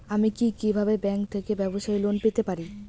আমি কি কিভাবে ব্যাংক থেকে ব্যবসায়ী লোন পেতে পারি?